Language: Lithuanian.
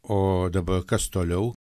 o dabar kas toliau